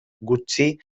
gutxi